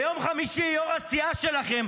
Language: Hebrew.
ביום חמישי ראש הסיעה שלכם,